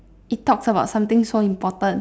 it talks about something so important